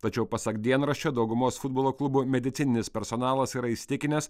tačiau pasak dienraščio daugumos futbolo klubų medicininis personalas yra įsitikinęs